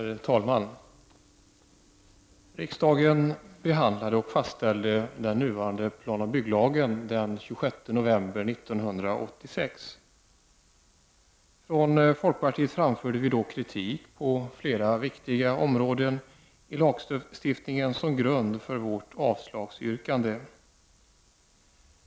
Herr talman! Riksdagen behandlade och fastställde den nuvarande planoch bygglagen den 26 november 1986. Från folkpartiet framförde vi då kritik på flera viktiga områden i lagstiftningen som grund för vårt avslagsyrkande.